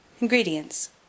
ingredients